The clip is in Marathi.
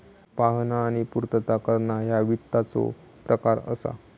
पाहणा आणि पूर्तता करणा ह्या वित्ताचो प्रकार असा